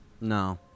No